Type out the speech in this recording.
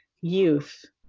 youth